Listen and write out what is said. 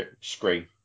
screen